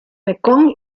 mekong